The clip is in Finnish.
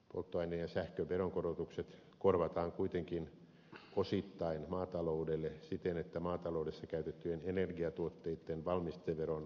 polttoaineen ja sähkön veronkorotukset kuitenkin korvataan osittain maataloudelle siten että maataloudessa käytettyjen energiatuotteiden valmisteveron palautusmääriä korotetaan